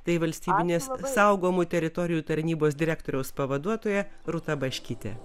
tai valstybinės saugomų teritorijų tarnybos direktoriaus pavaduotoja rūta baškytė